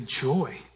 joy